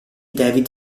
david